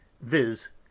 viz